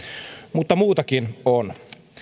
mutta muutakin on